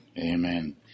Amen